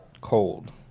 cold